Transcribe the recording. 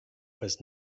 was